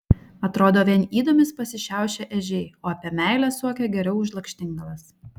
atrodo vien ydomis pasišiaušę ežiai o apie meilę suokia geriau už lakštingalas